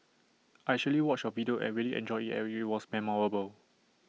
I actually watched your video and really enjoyed IT and IT was memorable